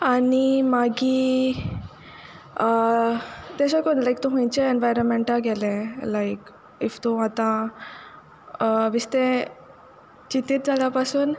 आनी मागीर तेशें कोन्न लायक तूं खुंयच्या एनवायरमेंटा गेलें लायक इफ तूं आतां बेश्तें चिंतींत जाल्या पासून